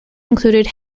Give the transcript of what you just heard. included